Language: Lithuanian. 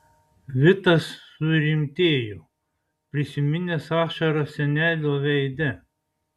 vitas surimtėjo prisiminęs ašaras senelio veide